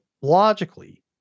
logically